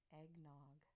eggnog